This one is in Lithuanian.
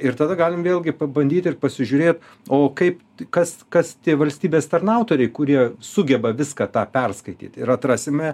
ir tada galim vėlgi pabandyt ir pasižiūrėt o kaip kas kas tie valstybės tarnautoriai kurie sugeba viską tą perskaityt ir atrasime